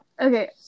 okay